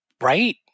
right